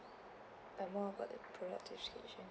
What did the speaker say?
uh more about the product description